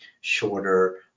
shorter